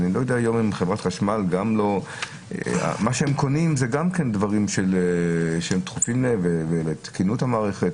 הם קונים גם דברים שהם דחופים להם ולתקינות המערכת.